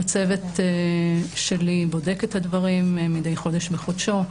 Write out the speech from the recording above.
הצוות שלי בודק את הדברים מדי חודש בחודשו.